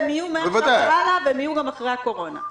הן תהיינה מעכשיו והלאה והן תהיינה גם אחרי הקורונה.